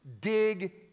dig